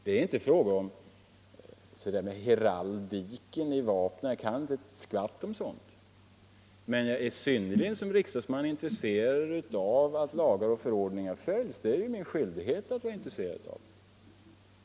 Det är inte fråga om heraldiken — jag kan inte ett skvatt om sådant — men jag är som riksdagsman synnerligen intresserad av att lagar och förordningar följs. Det är min skyldighet att vara intresserad av det.